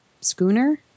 schooner